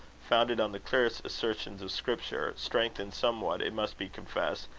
founded on the clearest assertions of scripture strengthened somewhat, it must be confessed,